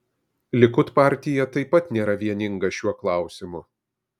likud partija taip pat nėra vieninga šiuo klausimu